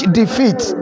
defeat